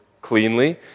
cleanly